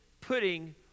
putting